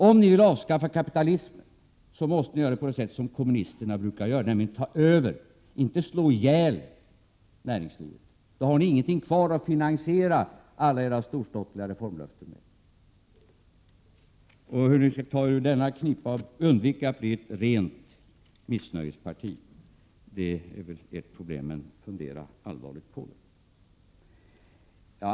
Om ni vill avskaffa kapitalismen, måste ni göra det på det sätt som kommunisterna brukar göra, nämligen ta över och inte slå ihjäl näringslivet, för annars har ni ingenting kvar att finansiera era storståtliga reformlöften med. Hur ni skall ta er ur denna knipa och undvika att bli ett rent missnöjesparti är ert problem, men fundera allvarligt på det!